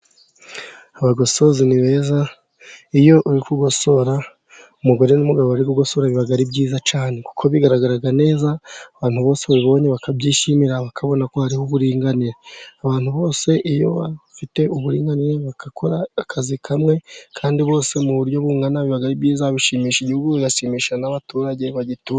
Abagososi ni beza, iyo uri kugosora, umugore n'umugabo bari kugosora biba ari byiza cyane kuko bigaragara neza. abantu bose babibonye bakabyishimira bakabona ko hariho uburinganire. Abantu bose iyo bafite uburinganire, bagakora akazi kamwe kandi bose mu buryo bungana, biba ari byiza, bishimisha igihugu bigashimisha n'abaturage bagituye.